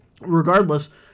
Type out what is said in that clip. regardless